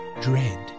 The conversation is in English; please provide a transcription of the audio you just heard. dread